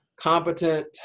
competent